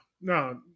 no